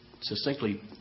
succinctly